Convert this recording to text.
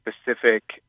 specific